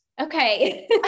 okay